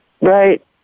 Right